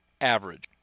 average